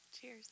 Cheers